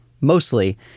mostly